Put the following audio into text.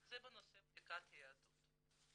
זה בנושא בדיקת יהדות.